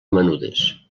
menudes